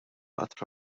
qatt